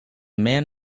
man